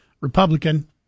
Republican